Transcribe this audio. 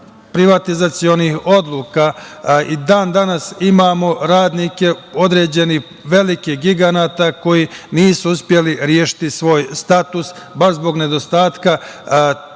privatizacionih odluka, i dana danas imamo radnike određenih velikih giganata koji nisu uspeli rešiti svoj status baš zbog nedostatka